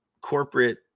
corporate